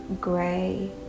gray